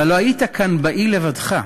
והלוא היית כאן באי לבדך,